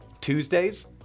tuesdays